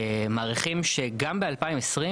מעריכים שגם ב-2022,